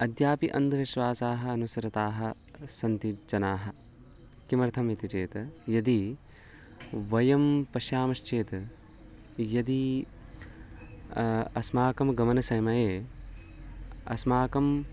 अद्यापि अन्धविश्वासाः अनुसृताः सन्ति जनाः किमर्थम् इति चेत् यदि वयं पश्यामश्चेत् यदि अस्माकं गमनसमये अस्माकम्